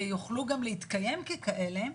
יוכלו גם להתקיים ככאלה,